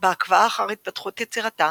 בה עקבה אחר התפתחות יצירתה,